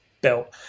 built